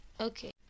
Okay